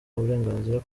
burenganzira